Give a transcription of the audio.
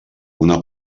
una